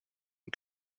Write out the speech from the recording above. une